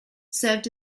served